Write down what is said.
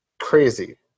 crazy